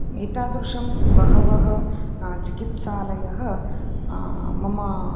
एतादृशं बहवः चिकित्सालयः मम